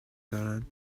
دارند